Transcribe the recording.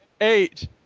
eight